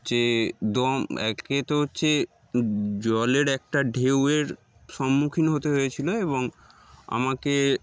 যে দম একে তো হচ্ছে জলের একটা ঢেউয়ের সম্মুখীন হতে হয়েছিলো এবং আমাকে